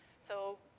so,